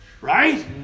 Right